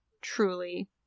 truly